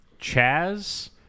Chaz